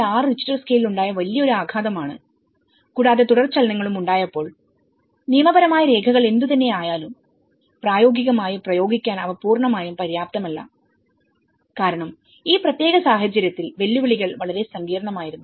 6 Richter സ്കെയിലിൽ ഉണ്ടായ വലിയ ഒരു ആഘാതമാണ് കൂടാതെ തുടർചലനങ്ങളും ഉണ്ടായപ്പോൾനിയമപരമായ രേഖകൾ എന്തുതന്നെയായാലും പ്രായോഗികമായി പ്രയോഗിക്കാൻ അവ പൂർണ്ണമായും പര്യാപ്തമല്ല കാരണം ഈ പ്രത്യേക സാഹചര്യത്തിൽ വെല്ലുവിളികൾ വളരെ സങ്കീർണ്ണമായിരുന്നു